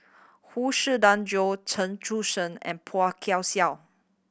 Huang Shiqi Joan Chen Sucheng and Phua Kin Siang